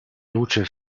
luce